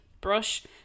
brush